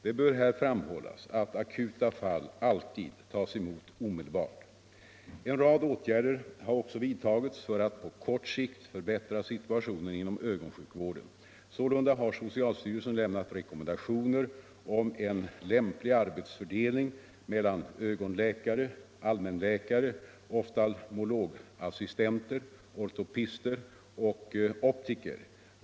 Det bör här framhållas att akuta fall alltid tas emot omedelbart. En rad åtgärder har också vidtagits för att på kort sikt förbättra situationen inom ögonsjukvården. Sålunda har socialstyrelsen lämnat rekommendationer om en lämplig arbetsfördelning mellan ögonläkare, allmänläkare, oftalmologassistenter, ortoptister och optiker.